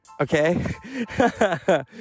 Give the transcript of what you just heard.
Okay